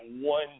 one